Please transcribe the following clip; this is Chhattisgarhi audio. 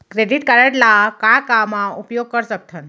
क्रेडिट कारड ला का का मा उपयोग कर सकथन?